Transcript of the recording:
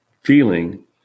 feeling